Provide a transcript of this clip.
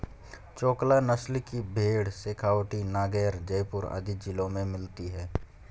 चोकला नस्ल की भेंड़ शेखावटी, नागैर, जयपुर आदि जिलों में मिलती हैं